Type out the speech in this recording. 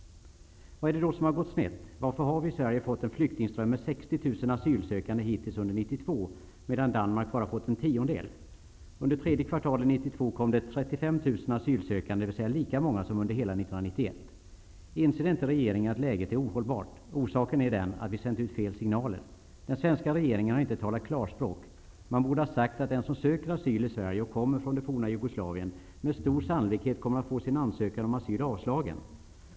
Vad är det då som har gått snett? Varför har vi i Sverige fått en flyktingström med 60 000 asylsökande hittills under 1992, medan Danmark bara har fått en tiondel? Under tredje kvartalet 1992 kom det 35 000 asylsökande, dvs. lika många som under hela 1991. Inser inte regeringen att läget är ohållbart? Orsaken är att vi har sänt ut fel signaler. Den svenska regeringen har inte talat klarspråk. Man borde ha sagt att den som söker asyl i Sverige och kommer från det forna Jugoslavien med stor sannolikhet kommer att få sin ansökan om asyl avslagen.